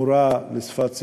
מורה לשפת סימנים,